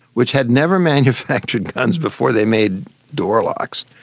which had never manufactured guns before, they made door locks,